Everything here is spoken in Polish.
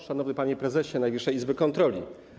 Szanowny Panie Prezesie Najwyższej Izby Kontroli!